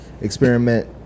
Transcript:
experiment